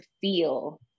feel